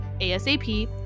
asap